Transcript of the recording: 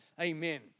amen